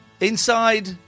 Inside